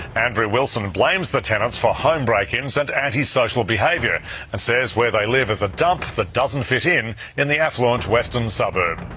andrew wilson and blames the tenants for home break-ins and anti-social behaviour. and says where they live is a dump that doesn't fit in in the affluent western suburb.